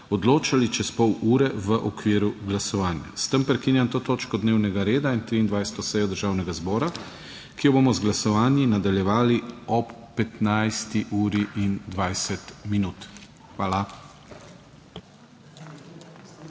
odločali čez pol ure v okviru glasovanj. S tem prekinjam to točko dnevnega reda in 23. sejo Državnega zbora, ki jo bomo z glasovanji nadaljevali ob 15. uri